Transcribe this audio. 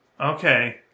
Okay